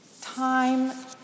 time